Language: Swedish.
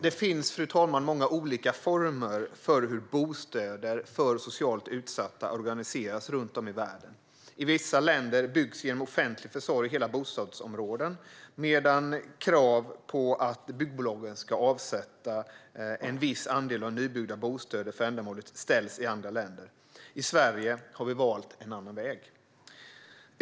Det finns många olika former för hur bostäder för socialt utsatta organiseras runt om i världen. I vissa länder byggs genom offentlig försorg hela bostadsområden, medan krav på att byggbolagen ska avsätta en viss andel av nybyggda bostäder för ändamålet ställs i andra länder. I Sverige har vi valt en annan väg.